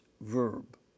verb